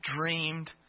dreamed